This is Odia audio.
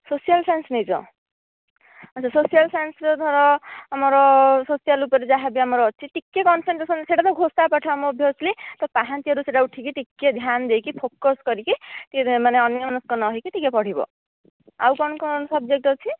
ସୋସିଆଲ ସାଇନ୍ସ ନେଇଛ ଆଛା ସୋସିଆଲ ସାଇନ୍ସ ରେ ଧର ଆମର ସୋସିଆଲ ଉପରେ ଯାହା ବି ଆମର ଅଛି ଟିକେ କନସେନଟ୍ରେସନ ସେହିଟା ତ ଘୋଷା ପାଠ ଆମ ଓବିଅସଲି ତ ପାହାଁନ୍ତିଆ ରୁ ସେହିଟା ଉଠିକି ଟିକେ ଧ୍ୟାନ ଦେଇ ଫୋକସ କରିକି ଟିକେ ମାନେ ଅନ୍ୟମନସ୍କ ନ ହୋଇକି ଟିକେ ପଢ଼ିବ ଆଉ କ'ଣ କ'ଣ ସବଜେକ୍ଟ ଅଛି